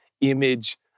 image